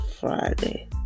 Friday